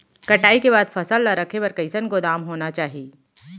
कटाई के बाद फसल ला रखे बर कईसन गोदाम होना चाही?